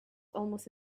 almost